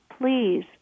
please